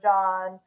John